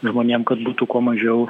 žmonėm kad būtų kuo mažiau